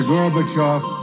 Gorbachev